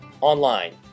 online